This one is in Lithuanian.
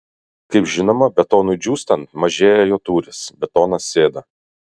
kaip žinoma betonui džiūstant mažėja jo tūris betonas sėda